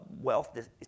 wealth